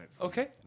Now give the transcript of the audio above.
Okay